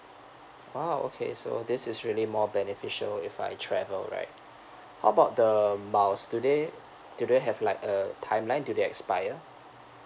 !wow! okay so this is really more beneficial if I travel right how about the miles do they do they have like a timeline do they expire